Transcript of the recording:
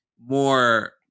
more